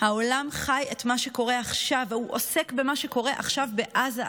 העולם חי את מה שקורה עכשיו והוא עוסק במה שקורה עכשיו בעזה.